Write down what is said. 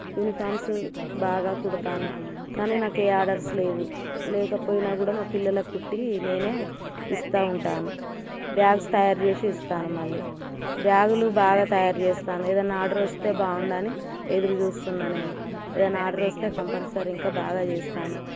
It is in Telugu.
యూనీఫామ్సు బాగా కుడతాను కానీ నాకే ఆర్డర్స్ లేవు లేకపోయినా కూడా మా పిల్లలకు కుట్టీ నేనే ఇస్తూ ఉంటాను బ్యాగ్స్ తయారు చేసి ఇస్తాను మళ్ళీ బ్యాగులు బాగా తయారు చేస్తాను ఏదన్నా ఆర్డరొస్తే బాగుండని ఎదురు చూస్తున్నా నేను ఏదన్నా ఆర్డరొస్తే కంపన్సరీ ఇంకా బాగా చేస్తాను